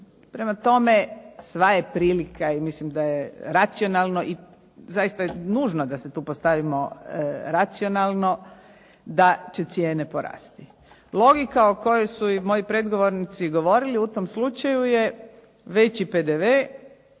Prema tome, sva je prilika i mislim da je racionalno i zaista je nužno da se tu postavimo racionalno da će cijene porasti. Logika o kojoj su i moji predgovornici govorili u tom slučaju je veći PDV,